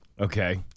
okay